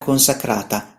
consacrata